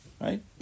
right